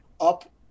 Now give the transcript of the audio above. up